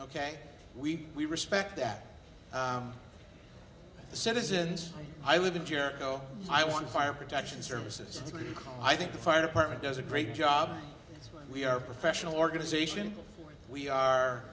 ok we we respect that the citizens i live in jericho i want fire protection services i think the fire department does a great job but we are a professional organization we are